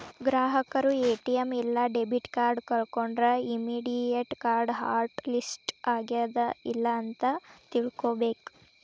ಗ್ರಾಹಕರು ಎ.ಟಿ.ಎಂ ಇಲ್ಲಾ debit card ಕಳ್ಕೊಂಡ್ರ ಇಮ್ಮಿಡಿಯೇಟ್ ಕಾರ್ಡ್ ಹಾಟ್ ಲಿಸ್ಟ್ ಆಗ್ಯಾದ ಇಲ್ಲ ಅಂತ ತಿಳ್ಕೊಬೇಕ್